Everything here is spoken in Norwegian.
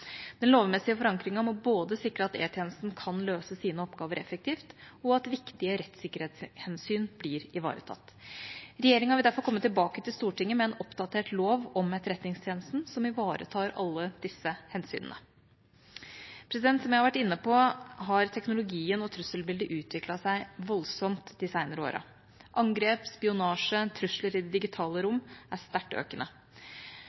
Den lovmessige forankringen må sikre både at E-tjenesten kan løse sine oppgaver effektivt, og at viktige sikkerhetshensyn blir ivaretatt. Regjeringa vil derfor komme tilbake til Stortinget med en oppdatert lov om Etterretningstjenesten som ivaretar alle disse hensynene. Som jeg har vært inne på, har teknologien og trusselbildet utviklet seg voldsomt de senere årene. Angrep, spionasje, trusler i det digitale